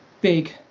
big